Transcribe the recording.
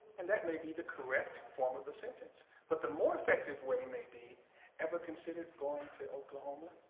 and that may be the correct form of a sentence. but the more effective way may be ever considered going to oklahoma?